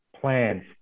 plans